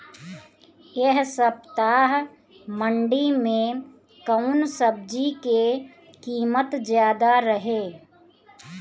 एह सप्ताह मंडी में कउन सब्जी के कीमत ज्यादा रहे?